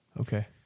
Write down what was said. Okay